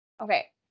Okay